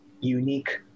unique